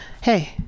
Hey